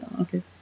okay